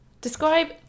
Describe